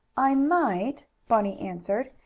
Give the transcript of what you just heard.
i might, bunny answered,